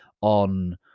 on